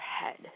head